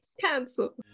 Cancel